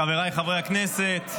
חבריי חברי הכנסת,